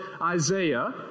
Isaiah